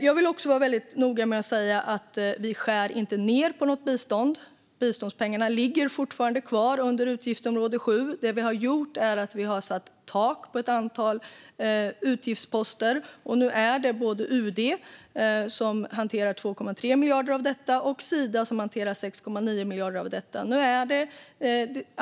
Jag vill också vara noga med att säga att vi inte skär ned på något bistånd. Biståndspengarna ligger fortfarande kvar under utgiftsområde 7. Det vi har gjort är att vi har satt tak på ett antal utgiftsposter. Nu hanterar UD 2,3 miljarder och Sida 6,9 miljarder.